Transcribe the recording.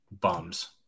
bums